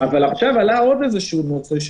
אבל עכשיו עלה עוד איזשהו נושא,